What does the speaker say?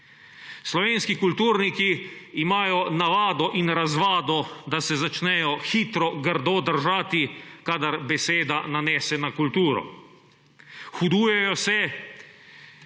Slovenski kulturniki imajo navado in razvado, da se začnejo hitro grdo držati, kadar beseda nanese na kulturo. Hudujejo se